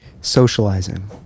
socializing